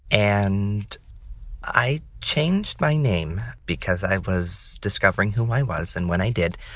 and i changed my name because i was discovering who i was and when i did,